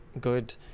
good